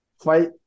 fight